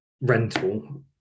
rental